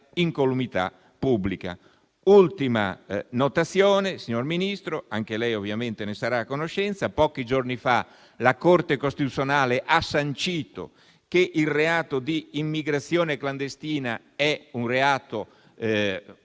dell'incolumità pubblica. Un'ultima notazione, signor Ministro: anche lei ovviamente ne sarà a conoscenza, ma pochi giorni fa la Corte costituzionale ha sancito che il reato di immigrazione clandestina è conforme alla